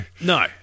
No